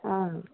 অঁ